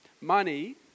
Money